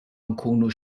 nkunu